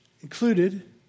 included